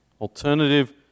Alternative